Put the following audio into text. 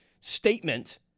statement